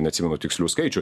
neatsimenu tikslių skaičių